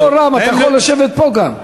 אתה מדבר בקול רם, אתה יכול לשבת פה גם.